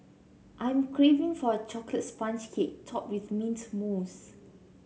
I am craving for a chocolate sponge cake topped with mint mousse